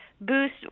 boost